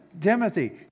Timothy